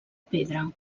pedra